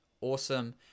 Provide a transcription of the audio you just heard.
awesome